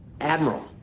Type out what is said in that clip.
admiral